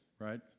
right